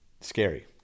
scary